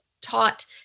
taught